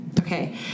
Okay